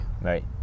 right